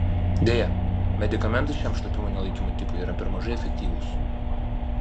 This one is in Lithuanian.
deja medikamentai šiam šlapimo nelaikymo tipui yra per mažai efektyvūs